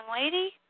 lady